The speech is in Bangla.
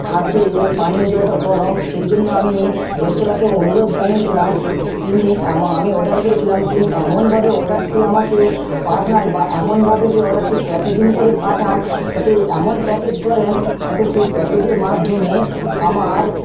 থাকে পানীয় জলটা গরম সেই জন্য আমি রেস্তোরাঁকে অনুরোধ জানিয়েছিলাম তিনি আমি অর্ডার করেছিলাম তিনি এমনভাবে অর্ডারটি আমাকে পাঠান বা এমনভাবে সেই অর্ডারটি প্যাকেজিং করে পাঠান যাতে এমন প্যাকেজ করেন যাতে সেই প্যাকেজের মাধ্যমে আমার